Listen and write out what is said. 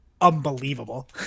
unbelievable